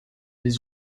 des